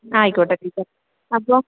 ആയിക്കോട്ടെ ടീച്ചർ അപ്പോൾ